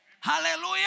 Hallelujah